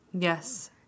Yes